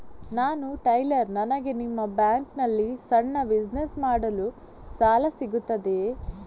ನಾನು ಟೈಲರ್, ನನಗೆ ನಿಮ್ಮ ಬ್ಯಾಂಕ್ ನಲ್ಲಿ ಸಣ್ಣ ಬಿಸಿನೆಸ್ ಮಾಡಲು ಸಾಲ ಸಿಗುತ್ತದೆಯೇ?